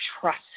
trust